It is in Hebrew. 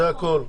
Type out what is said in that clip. זה הכול,